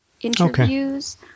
interviews